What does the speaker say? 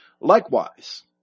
Likewise